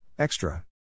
Extra